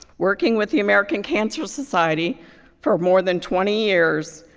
working with the american cancer society for more than twenty years,